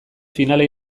finala